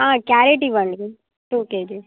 carrot ఇవ్వండి two kgs